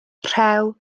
rhew